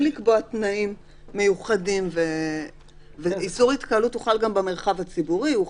לקבוע תנאים מיוחדים ואיסור התקהלות חל גם במרחב הציבורי,